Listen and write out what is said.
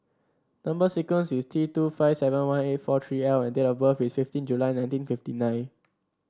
number sequence is T two five seven one eight four three L and date of birth is fifteen July nineteen fifty nine